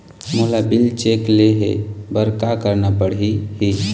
मोला bill check ले हे बर का करना पड़ही ही?